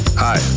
Hi